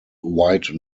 white